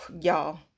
y'all